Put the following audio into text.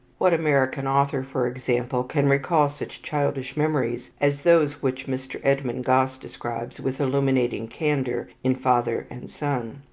what american author, for example, can recall such childish memories as those which mr. edmund gosse describes with illuminating candour in father and son?